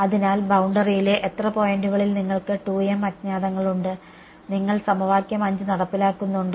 അതിനാൽ ബൌണ്ടറിയിലെ എത്ര പോയിന്റുകളിൽ നിങ്ങൾക്ക് 2 m അജ്ഞാതങ്ങളുണ്ട് നിങ്ങൾ സമവാക്യം 5 നടപ്പിലാക്കുന്നുണ്ടോ